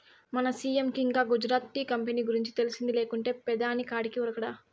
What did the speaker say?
మన సీ.ఎం కి ఇంకా గుజరాత్ టీ కంపెనీ గురించి తెలిసింది లేకుంటే పెదాని కాడికి ఉరకడా